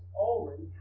already